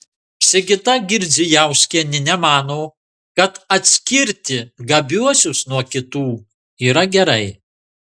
sigita girdzijauskienė nemano kad atskirti gabiuosius nuo kitų yra gerai